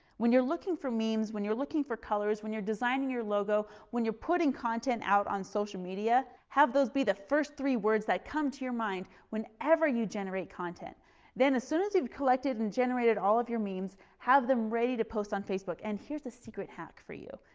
when you're looking for memes, when you're looking for colors, when you're designing your logo, when you're putting content out on social, have those be the first three words that come to your mind whenever you generate content then as soon as you've collected and generated all of your memes, have them ready to post on facebook and here's the secret hack for you.